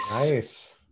nice